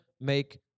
make